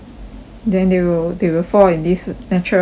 then they will they will fall in this natural occurrence